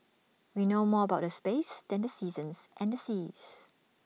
we know more about the space than the seasons and the seas